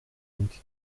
donc